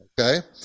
Okay